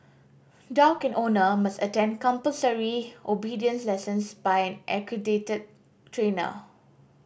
dog and owner must attend compulsory obedience lessons by an accredited trainer